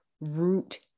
root